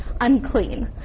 unclean